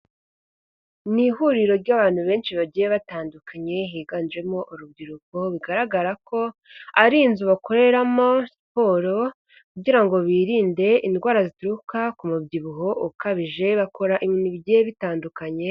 Ni ihuriro ry'abantu benshi bagiye batandukanye higanjemo urubyiruko, bigaragara ko ari inzu bakoreramo siporo. Kugira ngo birinde indwara zituruka ku mubyibuho ukabije, bakora ibintu bigiye bitandukanye.